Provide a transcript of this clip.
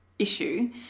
issue